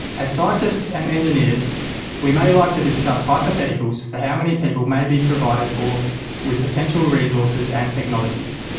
as scientists and engineers we may like to discuss hypotheticals for how many people may be provided for with potential resources and technologies.